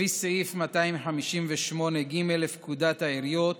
לפי סעיף 258(ג) לפקודת העיריות,